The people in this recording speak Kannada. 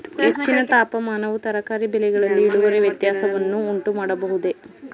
ಹೆಚ್ಚಿನ ತಾಪಮಾನವು ತರಕಾರಿ ಬೆಳೆಗಳಲ್ಲಿ ಇಳುವರಿ ವ್ಯತ್ಯಾಸವನ್ನು ಉಂಟುಮಾಡಬಹುದೇ?